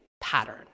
pattern